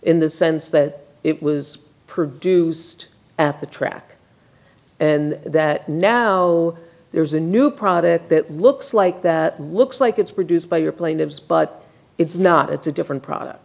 in the sense that it was produced at the track and that now there's a new product that looks like that looks like it's produced by your plane lives but it's not it's a different product